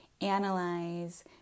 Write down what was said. analyze